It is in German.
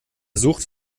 sucht